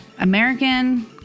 American